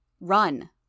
Run